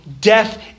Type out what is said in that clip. death